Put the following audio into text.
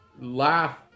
laugh